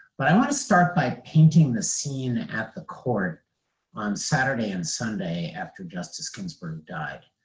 but i want to start by painting the scene at the court on saturday and sunday after justice ginsburg died.